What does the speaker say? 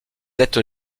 êtes